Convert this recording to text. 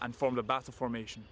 and formed about the formation